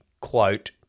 quote